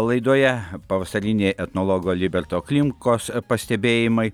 laidoje pavasarinė etnologo liberto klimkos pastebėjimai